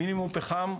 המינימום פחם,